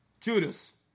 Judas